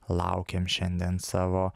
laukiam šiandien savo